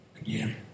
again